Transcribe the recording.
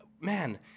man